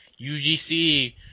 UGC